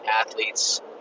athletes